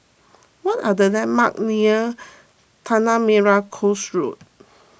what are the landmarks near Tanah Merah Coast Road